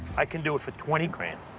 i can do it for twenty grand.